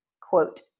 quote